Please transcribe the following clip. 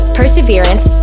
perseverance